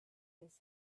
his